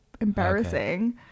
embarrassing